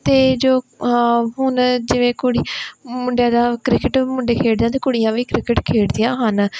ਅਤੇ ਜੋ ਹੁਣ ਜਿਵੇਂ ਕੁੜੀ ਮੁੰਡਿਆਂ ਦਾ ਕ੍ਰਿਕਟ ਮੁੰਡੇ ਖੇਡਦੇ ਆ ਅਤੇ ਕੁੜੀਆਂ ਵੀ ਕ੍ਰਿਕਟ ਖੇਡਦੀਆਂ ਹਨ